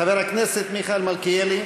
חבר הכנסת מיכאל מלכיאלי,